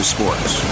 Sports